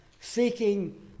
seeking